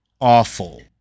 awful